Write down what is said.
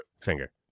finger